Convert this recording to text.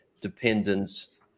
dependence